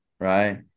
right